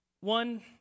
One